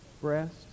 breast